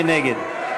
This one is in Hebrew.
מי נגד?